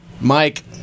Mike